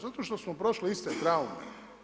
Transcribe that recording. Zato što smo prošli iste traume.